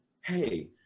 hey